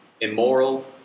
immoral